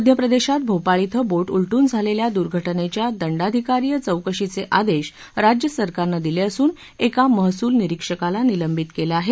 मध्यप्रदेशात भोपाळ क्वें बोट उलटून झालेल्या दुर्घटनेच्या दंडाधिकारीय चौकशीचे आदेश राज्यसरकारने दिले असून एका महसूल निरीक्षकाला निलंबित केलं आहे